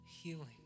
healing